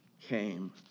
came